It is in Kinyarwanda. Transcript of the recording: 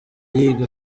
yiga